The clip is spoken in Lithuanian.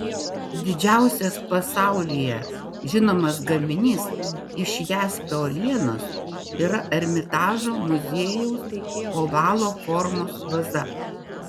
didžiausias pasaulyje žinomas gaminys iš jaspio uolienos yra ermitažo muziejaus ovalo formos vaza